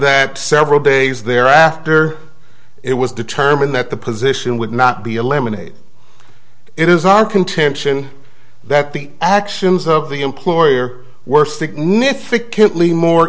that several days thereafter it was determined that the position would not be eliminated it is our contention that the actions of the employer were significantly more